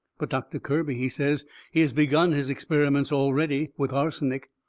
but doctor kirby, he says he has begun his experiments already, with arsenic.